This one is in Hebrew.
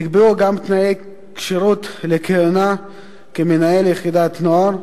נקבעו גם תנאי כשירות לכהונה כמנהל יחידת נוער,